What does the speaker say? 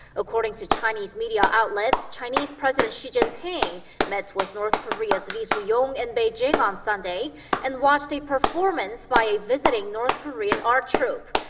according to chinese media outlets, chinese president xi jinping met with north korea's ri su-yong in beijing on sunday and watched a performance by a visiting north korean art troupe.